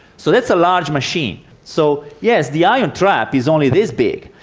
so that's a large machine. so yes, the ion trap is only this big,